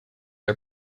are